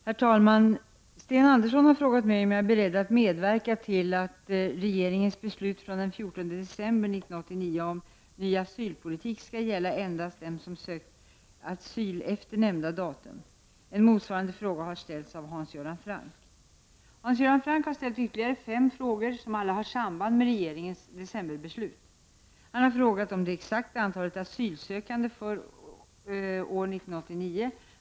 Herr talman! Sten Andersson i Malmö har frågat mig om jag är beredd att medverka till att regeringens beslut från den 14 december 1989 om ny asylpolitik skall gälla endast dem som sökt asyl efter nämnda datum. En motsvarande fråga har ställts av Hans Göran Franck. Hans Göran Franck har ställt ytterligare fem frågor som alla har samband med regeringens decemberbeslut. Han har frågat om det exakta antalet asylsökande för år 1989.